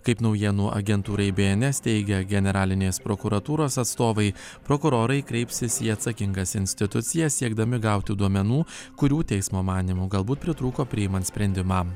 kaip naujienų agentūrai bns teigė generalinės prokuratūros atstovai prokurorai kreipsis į atsakingas institucijas siekdami gauti duomenų kurių teismo manymu galbūt pritrūko priimant sprendimą